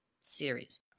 series